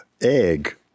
egg